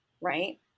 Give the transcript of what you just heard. right